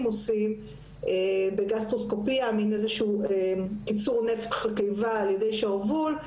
עושים בגסטרוסקופיה - מין קיצור נפח לקיבה על ידי שרוול,